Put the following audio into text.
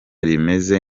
rimeze